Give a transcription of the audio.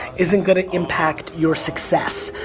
isn't going to impact your success.